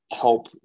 help